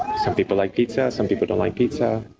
some people like pizza, some people don't like pizza.